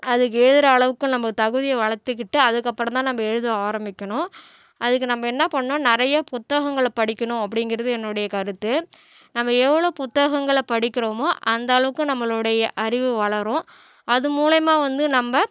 அதை எழுதுகிற அளவுக்கு நம்ம தகுதியை வளர்த்துக்கிட்டு அதுக்கப்புறம்தான் நம்ம எழுத ஆரம்பிக்கணும் அதுக்கு நம்ம என்ன பண்ணணும் நிறையா புத்தகங்களை படிக்கணும் அப்படிங்கிறது என்னுடைய கருத்து நம்ம எவ்வளோ புத்தகங்களை படிக்கிறோமோ அந்தளவுக்கு நம்மளுடைய அறிவு வளரும் அது மூலயமா வந்து நம்ம